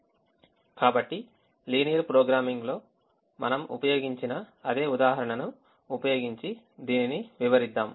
కాబట్టి లీనియర్ ప్రోగ్రామింగ్లో మనం ఉపయోగించిన అదే ఉదాహరణను ఉపయోగించి దీనిని వివరిద్దాం